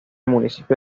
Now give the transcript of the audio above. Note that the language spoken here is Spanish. municipio